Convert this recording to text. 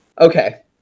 Okay